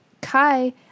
Kai